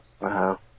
Wow